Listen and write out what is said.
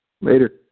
Later